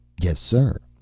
yes, sir,